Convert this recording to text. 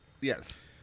Yes